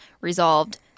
resolved